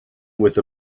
with